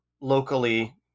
locally